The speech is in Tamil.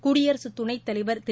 குடியரசுத்துணைத்தலைவர் திரு